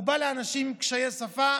הוא בא לאנשים עם קשיי שפה,